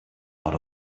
out